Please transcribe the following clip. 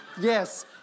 Yes